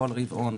כל רבעון,